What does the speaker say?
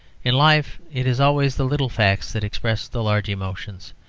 in life it is always the little facts that express the large emotions,